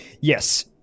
Yes